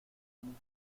mis